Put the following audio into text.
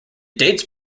dates